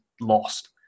lost